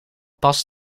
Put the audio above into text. pas